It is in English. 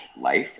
Life